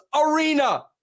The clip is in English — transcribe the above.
arena